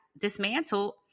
dismantled